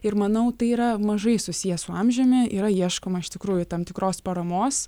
ir manau tai yra mažai susiję su amžiumi yra ieškoma iš tikrųjų tam tikros paramos